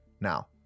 Now